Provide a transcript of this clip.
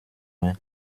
rhin